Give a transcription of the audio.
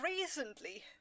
recently